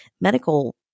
medical